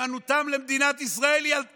נאמנותם למדינת ישראל היא על תנאי: